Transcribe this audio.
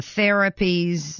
therapies